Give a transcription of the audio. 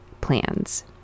plans